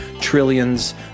trillions